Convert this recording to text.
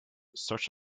such